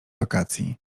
wakacji